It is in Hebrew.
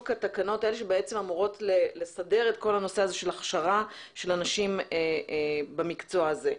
התקנות שאמורות לסדר את ההכשרה של אנשים במקצוע הזה.